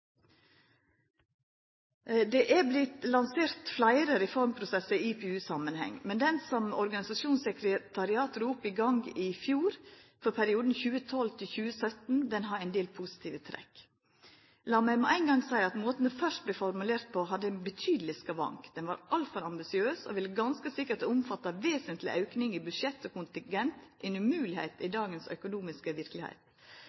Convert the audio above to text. Det har vorte lansert fleire reformprosessar i IPU-samanheng, og det som organisasjonssekretariatet drog i gang i fjor, for perioden 2012–2017, har ein del positive trekk. Lat meg med ein gong seia at måten det først vart formulert på, hadde ein betydeleg skavank: Den var altfor ambisiøs og ville ganske sikkert ha omfatta vesentleg auking i budsjett og kontingent – ei umoglegheit i